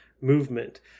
movement